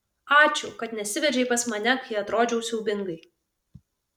ačiū kad nesiveržei pas mane kai atrodžiau siaubingai